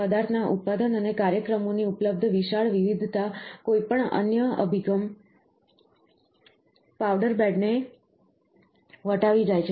પદાર્થના ઉત્પાદન અને કાર્યક્રમોની ઉપલબ્ધ વિશાળ વિવિધતા કોઈપણ અન્ય અભિગમ પાવડર બેડને વટાવી જાય છે